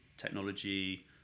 technology